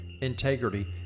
integrity